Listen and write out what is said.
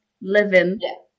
living